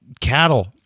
cattle